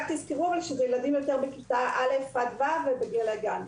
תזכרו שמדובר בילדים בכיתה א' עד כיתה ו' ובגיל הגן.